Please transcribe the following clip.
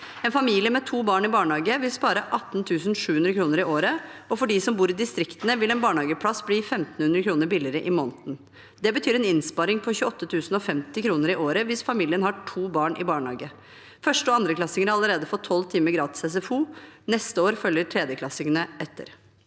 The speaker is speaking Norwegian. En familie med to barn i barnehage vil spare 18 700 kr i året, og for dem som bor i distriktene, vil en barnehageplass bli 1 500 kr billigere i måneden. Det betyr en innsparing på 28 050 kr i året hvis familien har to barn i barnehage. Første- og andreklassinger har allerede fått 12 timer gratis SFO. Neste år følger tredjeklassingene etter.